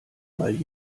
mal